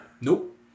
Nope